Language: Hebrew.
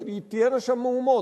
שתהיינה שם מהומות,